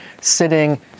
sitting